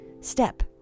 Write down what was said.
step